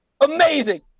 amazing